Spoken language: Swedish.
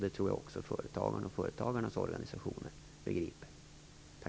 Det tror jag att också företagarna och företagarnas organisationer begriper.